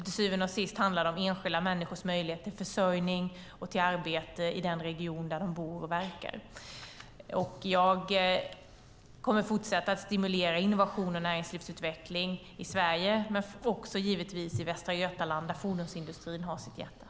Till syvende och sist handlar det om enskilda människors möjlighet till försörjning och arbete i den region där de bor och verkar. Jag kommer att fortsätta att stimulera innovations och näringslivsutveckling i Sverige, givetvis också i Västra Götaland, där fordonsindustrin har sitt hjärta.